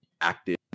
active